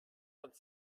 vingt